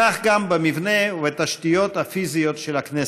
כך גם במבנה ובתשתיות הפיזיות של הכנסת.